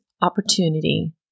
opportunity